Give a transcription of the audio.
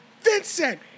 Vincent